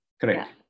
Correct